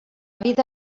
vida